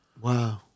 wow